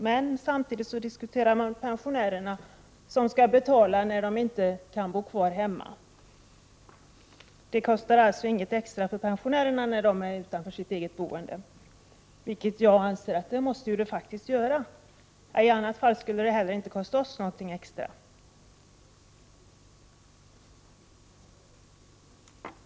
Men samtidigt diskuterar man pensionärerna, som skall betala när de inte kan bo kvar hemma. Det kostar alltså inget extra för pensionärerna när de befinner sig utanför sitt eget boende. Jag anser att det faktiskt måste göra det — i annat fall skulle det inte heller kosta oss något extra.